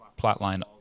plotline